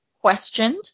questioned